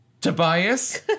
Tobias